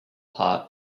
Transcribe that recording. part